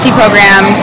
program